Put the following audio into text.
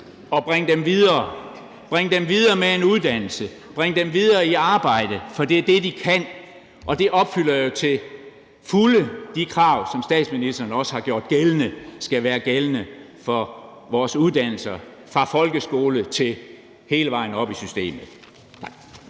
– bringe dem videre med en uddannelse, bringe dem videre i arbejde. For det er det, de kan. Og det opfylder jo til fulde de krav, som statsministeren også har gjort gældende skal være gældende for vores uddannelser lige fra folkeskolen og hele vejen op i systemet.